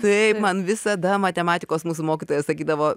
taip man visada matematikos mūsų mokytoja sakydavo